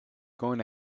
going